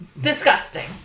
disgusting